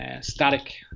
static